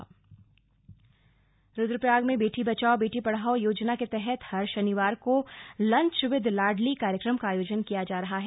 lunch with Ladli Rudraprayag में बेटी बचाओ बेटी पढ़ाओ योजना के तहत हर शनिवार को लंच विद लाडली कार्यक्रम का आयोजन किया जा रहा है